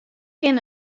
kin